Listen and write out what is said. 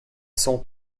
sont